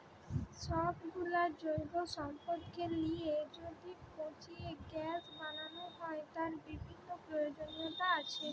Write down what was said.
সব গুলো জৈব সম্পদকে লিয়ে যদি পচিয়ে গ্যাস বানানো হয়, তার বিভিন্ন প্রয়োজনীয়তা আছে